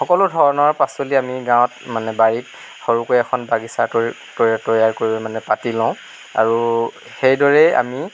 সকলো ধৰণৰ পাচলি আমি গাঁৱত মানে বাৰীত সৰুকৈ এখন বাগিছা তৈ তৈয়াৰ কৰি মানে পাতি লওঁ আৰু সেইদৰেই আমি